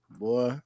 boy